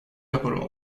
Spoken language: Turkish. raporu